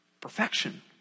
Perfection